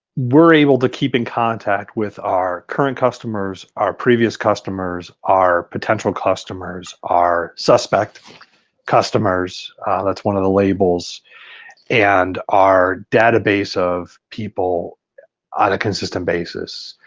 we're able to keep in contact with our current customers, our previous customers, our potential customers, our suspect customers that's one of the labels and our database of people on a consistent basis.